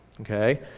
Okay